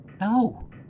No